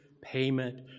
payment